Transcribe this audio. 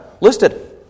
listed